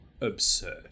absurd